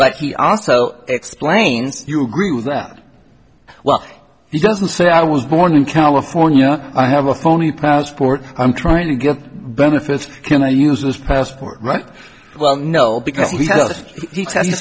but he also explains you grew that well he doesn't say i was born in california i have a phony passport i'm trying to get benefits can i use this passport right well no because he